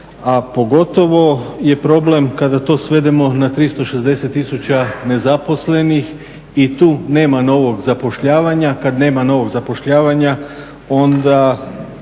pogotovo je problem kada to svedemo na 360 000 nezaposlenih i tu nema novog zapošljavanja.